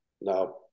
Now